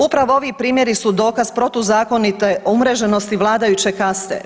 Upravo ovi primjeri su dokaz protuzakonite umreženosti vladajuće kaste.